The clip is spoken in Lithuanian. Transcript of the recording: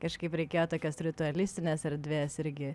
kažkaip reikėjo tokios ritualistinės erdvės irgi